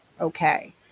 Okay